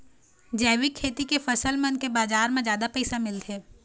जैविक खेती के फसल मन के बाजार म जादा पैसा मिलथे